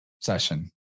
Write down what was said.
session